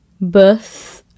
birth